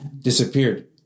disappeared